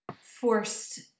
forced